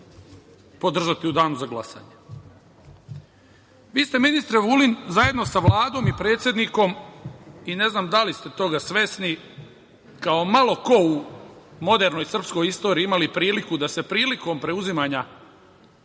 podržati u Danu za glasanje. Vi ste, ministre Vulin, zajedno sa Vladom i predsednikom i ne znam da li ste toga svesni, kao malo ko u modernoj srpskoj istoriji imali priliku da se prilikom preuzimanja